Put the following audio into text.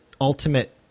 ultimate